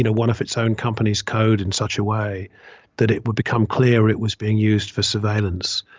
you know one of its own companies code in such a way that it would become clear it was being used for surveillance.